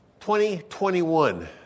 2021